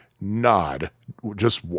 nod—just